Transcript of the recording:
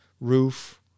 roof